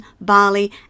Bali